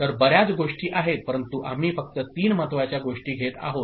तर बर्याच गोष्टी आहेत परंतु आम्ही फक्त तीन महत्त्वाच्या गोष्टी घेत आहोत